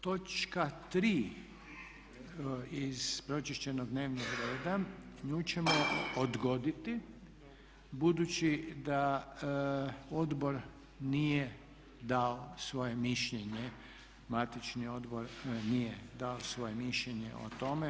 Točka tri iz pročišćenog dnevnog reda, nju ćemo odgoditi budući da odbor nije dao svoje mišljenje, matični odbor nije dao svoje mišljenje o tome.